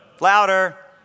Louder